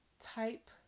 type